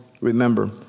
remember